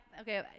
okay